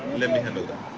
let me handle that.